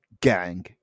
gang